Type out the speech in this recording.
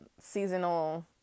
seasonal